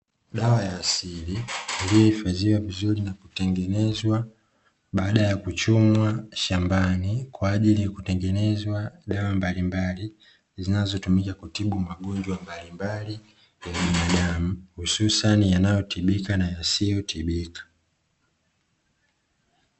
Dawa ya asili iliyoifadhiwa vizuri na kutengenezwa baada ya kuchomwa shambani, kwa ajili ya kutengenezwa dawa mbalimbali zinazotumika kutibu magonjwa mbalimbali ya binadamu, hususani yanayotibika na yasiyotibika.